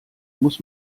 muss